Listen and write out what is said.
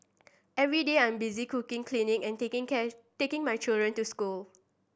every day I'm busy cooking cleaning and taking taking my children to school